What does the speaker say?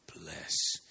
bless